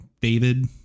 David